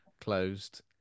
closed